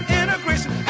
integration